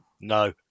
No